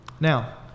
now